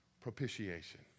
propitiation